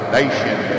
nation